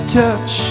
touch